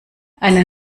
eine